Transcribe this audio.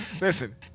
Listen